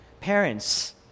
Parents